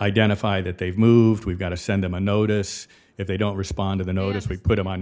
identify that they've moved we've got to send them a notice if they don't respond to the notice we put them on